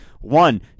One